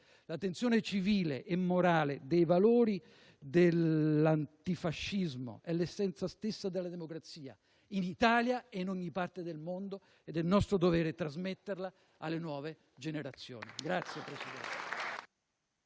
La tensione civile e morale dei valori dell'antifascismo è l'essenza stessa della democrazia, in Italia e in ogni parte del mondo, ed è nostro dovere trasmetterla alle nuove generazioni.